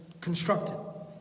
constructed